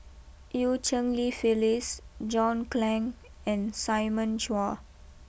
Eu Cheng Li Phyllis John Clang and Simon Chua